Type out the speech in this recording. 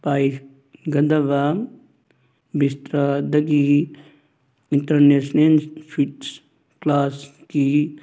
ꯄꯥꯏꯒꯗꯕ ꯕꯤꯁꯇ꯭ꯔꯥꯗꯒꯤ ꯏꯟꯇꯔꯅꯦꯁꯅꯦꯜ ꯁ꯭ꯋꯤꯠꯁ ꯀ꯭ꯂꯥꯁꯀꯤ